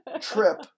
trip